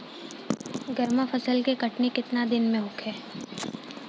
गर्मा फसल के कटनी केतना दिन में होखे?